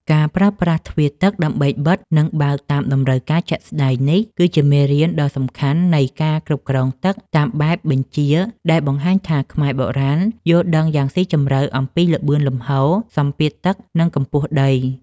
ការប្រើប្រាស់ទ្វារទឹកដើម្បីបិទ និងបើកតាមតម្រូវការជាក់ស្ដែងនេះ គឺជាមេរៀនដ៏សំខាន់នៃ ការគ្រប់គ្រងទឹកតាមបែបបញ្ជា ដែលបង្ហាញថាខ្មែរបុរាណយល់ដឹងយ៉ាងស៊ីជម្រៅអំពីល្បឿនលំហូរ សម្ពាធទឹក និងកម្ពស់ដី។